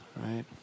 right